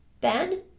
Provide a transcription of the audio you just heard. Ben